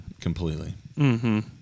completely